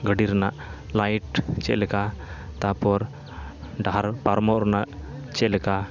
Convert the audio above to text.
ᱜᱟᱹᱰᱤ ᱨᱮᱱᱟᱜ ᱞᱟᱭᱤᱴ ᱪᱮᱞᱮᱠᱟ ᱛᱟᱯᱚᱨ ᱰᱟᱦᱟᱨ ᱯᱟᱨᱚᱢᱚᱜ ᱨᱮᱱᱟᱜ ᱪᱮᱞᱮᱠᱟ